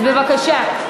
אז בבקשה.